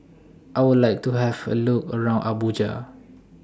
I Would like to Have A Look around Abuja